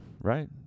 right